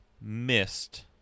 missed